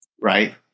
Right